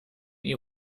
ihr